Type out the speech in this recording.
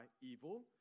evil